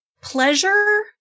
pleasure